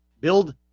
build